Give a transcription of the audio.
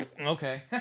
okay